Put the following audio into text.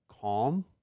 calm